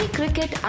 cricket